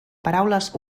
paraules